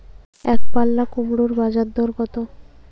একপাল্লা কুমড়োর বাজার দর কত?